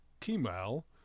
Kemal